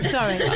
Sorry